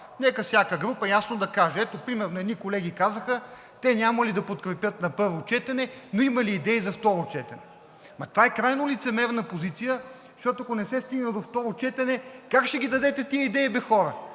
нека всяка група ясно да го каже. Ето, примерно, едни колеги казаха, че те нямало да подкрепят на първо четене, но имали идеи за второ четене. Това е крайно лицемерна позиция, защото, ако не се стигне до второ четене, как ще ги дадете тези идеи бе, хора?